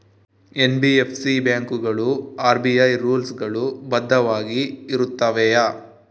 NBFC ಬ್ಯಾಂಕುಗಳು RBI rules ಗಳು ಬದ್ಧವಾಗಿ ಇರುತ್ತವೆಯ?